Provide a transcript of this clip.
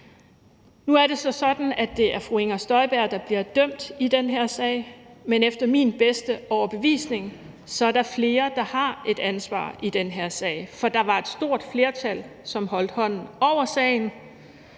Nu er det så sådan, at det er fru Inger Støjberg, der bliver dømt i den her sag, men efter min bedste overbevisning er der flere, der har et ansvar i den her sag, for der var et stort flertal, som holdt hånden over hende